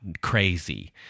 crazy